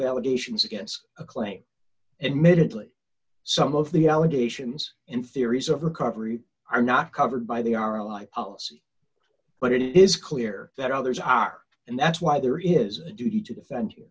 allegations against a claim and minutely some of the allegations in theories of recovery are not covered by the our life policy but it is clear that others are and that's why there is a duty to defend you